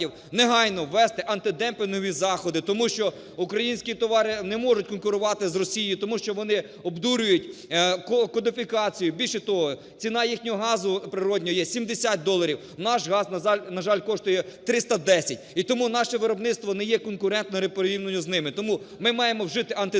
негайно ввести антидемпінгові заходи, тому що українські товари не можуть конкурувати з Росією, тому що вони обдурюють кодифікацією. Більше того, ціна їхнього газу природного є 70 доларів, наш газ, на жаль, коштує 310, і тому наше виробництво не є конкурентним порівняно з ними. Тому ми маємо вжити антидемпінгові